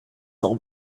all